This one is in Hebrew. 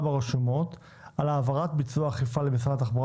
ברשומות על העברת ביצוע האכיפה למשרד התחבורה